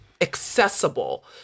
accessible